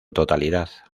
totalidad